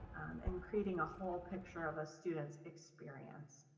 and creating a whole picture of a student's experience.